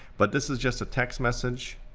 but this is just a text message,